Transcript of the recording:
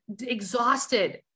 exhausted